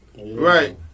Right